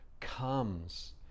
comes